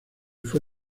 fue